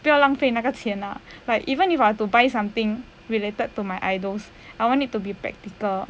不要浪费那个钱啦 like even if I had to buy something related to my idols I want it to be practical